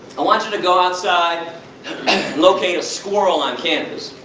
want you to go outside and locate a squirrel on campus,